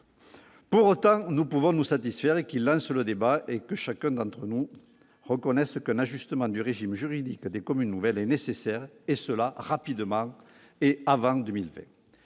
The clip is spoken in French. Pour autant, nous pouvons nous satisfaire qu'il soit l'occasion de lancer le débat, et que chacun d'entre nous reconnaisse qu'un ajustement du régime juridique des communes nouvelles est nécessaire, et cela rapidement, avant 2020.